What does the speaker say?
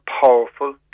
powerful